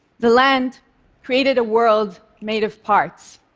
the land created a world made of parts.